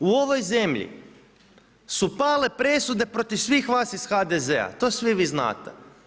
U ovoj zemlji su pale presude protiv svih vas iz HDZ-a to svi vi znate.